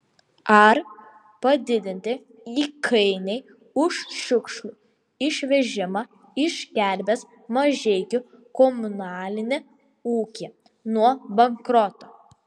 ar padidinti įkainiai už šiukšlių išvežimą išgelbės mažeikių komunalinį ūkį nuo bankroto